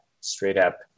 straight-up